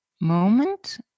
moment